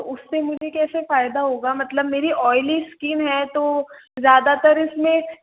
तो उससे मुझे कैसे फायदा होगा मतलब मेरी ऑइली स्किन है तो ज़्यादातर इसमें